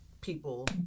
people